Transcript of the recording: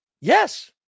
Yes